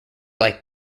like